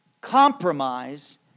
Compromise